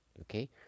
Okay